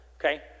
okay